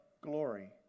glory